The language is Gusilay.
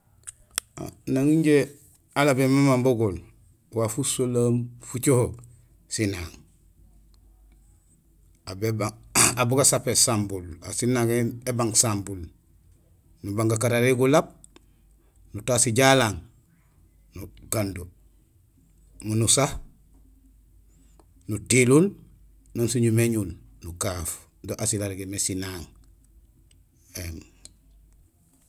Nang injé alobé mama bugool, waaf usolohoom facoho: sinaaŋ. Aw bu gasapin sambul; asiil nagé ébang sambul, nubang gakararihi gulaab, nutaas jalang nukando, miin usa, nutilul non siñumé éñul nukaaf; do asiil arégé mé sinaaŋ.